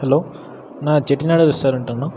hello அண்ணா செட்டிநாடு ரெஸ்ட்டாரண்ட்டாண்ணா